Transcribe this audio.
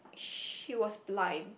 she was blind